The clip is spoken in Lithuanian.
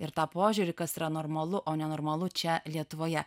ir tą požiūrį kas yra normalu o nenormalu čia lietuvoje